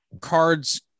cards